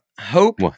Hope